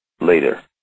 later